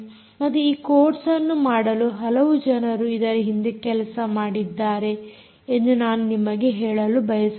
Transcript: ಮತ್ತು ಈ ಕೋರ್ಸ್ಅನ್ನು ಮಾಡಲು ಹಲವು ಜನರು ಇದರ ಹಿಂದೆ ಕೆಲಸ ಮಾಡಿದ್ದಾರೆ ಎಂದು ನಾನು ನಿಮಗೆ ಹೇಳಲು ಬಯಸುತ್ತೇನೆ